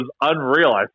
unreal